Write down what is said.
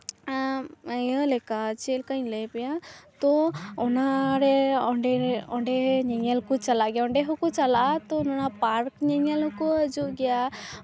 ᱤᱭᱟᱹ ᱞᱮᱠᱟ ᱪᱮᱫ ᱞᱮᱠᱟᱧ ᱞᱟᱹᱭ ᱟᱯᱮᱭᱟ ᱛᱳ ᱚᱱᱟᱨᱮ ᱚᱸᱰᱮ ᱨᱮ ᱚᱸᱰᱮ ᱧᱮᱧᱮᱞ ᱠᱚ ᱪᱟᱞᱟᱜ ᱜᱮᱭᱟ ᱚᱸᱰᱮ ᱦᱚᱸᱠᱚ ᱪᱟᱞᱟᱜᱼᱟ ᱛᱳ ᱯᱟᱨᱠ ᱧᱮᱧᱮᱞ ᱦᱚᱸᱠᱚ ᱦᱤᱡᱩᱜ ᱜᱮᱭᱟ